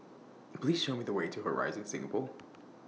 Please Show Me The Way to Horizon Singapore